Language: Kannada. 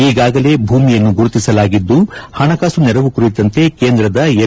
ಈಗಾಗಲೇ ಭೂಮಿಯನ್ನು ಗುರುತಿಸಲಾಗಿದ್ದು ಹಣಕಾಸು ನೆರವು ಕುರಿತಂತೆ ಕೇಂದ್ರದ ಎಂ